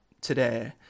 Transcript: today